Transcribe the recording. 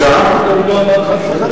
אני לא אמרתי,